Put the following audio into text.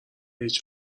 هیچ